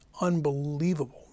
unbelievable